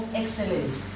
excellence